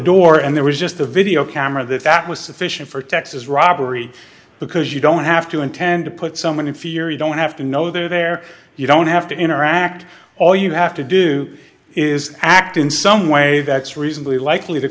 door and there was just a video camera that that was sufficient for texas robbery because you don't have to intend to put someone in fear you don't have to know they're there you don't have to interact all you have to do is act in some way that's reasonably likely to